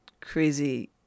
crazy